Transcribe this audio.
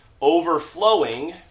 overflowing